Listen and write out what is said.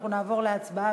אנחנו נעבור להצבעה,